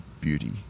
beauty